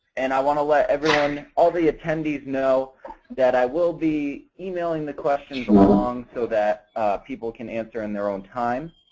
and i want to let everyone, all the attendees, know that i will be emailing the questions along so that people can answer on their own time.